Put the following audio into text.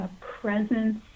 presence